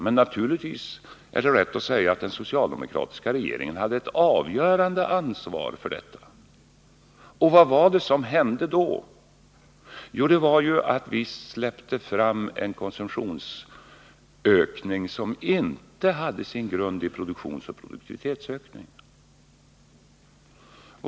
men naturligtvis är det också rätt att säga att den socialdemokratiska regeringen hade det avgörande ansvaret för den politiken. Vad var det som hände då? Jo, vi släppte fram en konsumtionsökning som inte hade sin grund i produktionsoch produktivitetsökning.